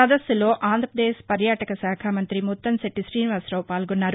సదస్సులో ఆంధ్రప్రదేశ్ పర్యాటక శాఖా మంత్రి ముత్తంశెట్లి గ్రశీనివాసరావు పాల్గొన్నారు